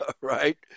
Right